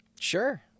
Sure